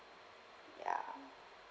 ya